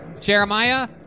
Jeremiah